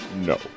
No